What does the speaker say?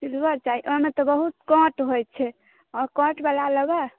silver चाही ओहिमे तऽ बहुत कांँट होइ छै आ कांँट वाला लेबै